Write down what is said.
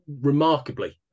remarkably